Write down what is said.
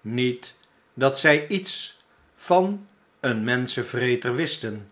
niet dat zij iets van een menschenvreter wisten